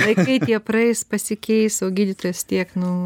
laikai tie praeis pasikeis o gydytojas tiek nu